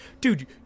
Dude